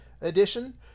edition